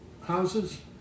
houses